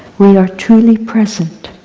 we are truly present